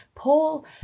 Paul